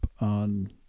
on